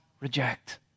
reject